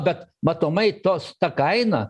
bet matomai tos ta kaina